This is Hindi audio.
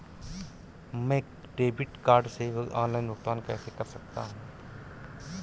मैं डेबिट कार्ड से ऑनलाइन भुगतान कैसे कर सकता हूँ?